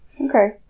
Okay